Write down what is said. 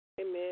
Amen